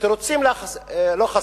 ותירוצים לא חסר.